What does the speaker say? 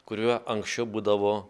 kurie anksčiau būdavo